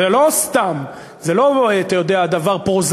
וזה לא סתם, זה לא דבר פרוזאי.